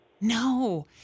No